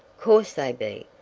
course they be.